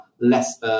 less